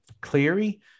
Cleary